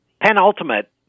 penultimate